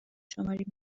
شماری